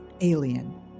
alien